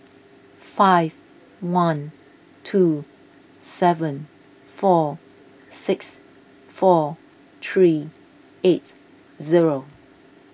five one two seven four six four three eight zero